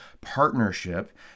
partnership